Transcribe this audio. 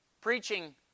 preaching